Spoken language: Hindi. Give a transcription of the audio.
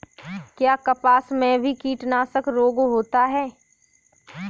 क्या कपास में भी कीटनाशक रोग होता है?